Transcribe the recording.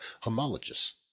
homologous